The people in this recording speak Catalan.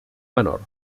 menor